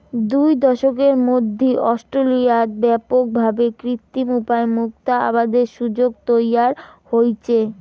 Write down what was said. দুই দশকের মধ্যি অস্ট্রেলিয়াত ব্যাপক ভাবে কৃত্রিম উপায় মুক্তা আবাদের সুযোগ তৈয়ার হইচে